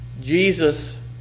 Jesus